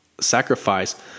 sacrifice